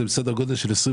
סדר גודל של 25,